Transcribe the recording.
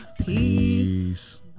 Peace